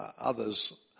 Others